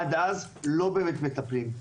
עד אז לא באמת מטפלים.